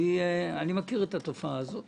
אני מכיר את התופעה הזאת.